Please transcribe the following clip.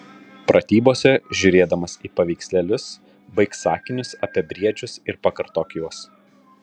pratybose žiūrėdamas į paveikslėlius baik sakinius apie briedžius ir pakartok juos